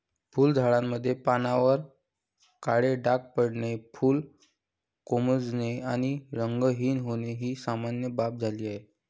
फुलझाडांमध्ये पानांवर काळे डाग पडणे, फुले कोमेजणे आणि रंगहीन होणे ही सामान्य बाब झाली आहे